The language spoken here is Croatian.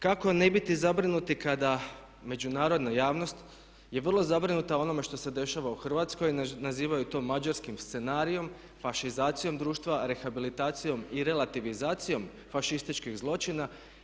Kako ne biti zabrinuti kada međunarodna javnost je vrlo zabrinuta onime što se dešava u Hrvatskoj, nazivaju to mađarskim scenarijem, fašizacijom društva, rehabilitacijom i relativizacijom fašističkih zločina.